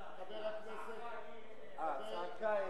חבר הכנסת מולה.